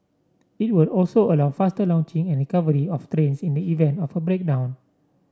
it will also allow faster launching and recovery of trains in the event of a breakdown